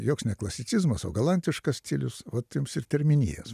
joks ne klasicizmas o galantiškas stilius vat jums ir terminijos